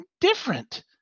different